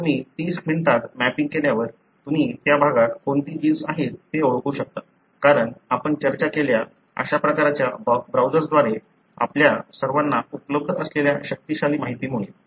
एकदा तुम्ही 30 मिनिटांत मॅपिंग केल्यावर तुम्ही त्या भागात कोणती जीन्स आहेत हे ओळखू शकता कारण आपण चर्चा केलेल्या अशा प्रकारच्या ब्राउझरद्वारे आपल्या सर्वांना उपलब्ध असलेल्या शक्तिशाली माहितीमुळे